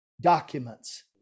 documents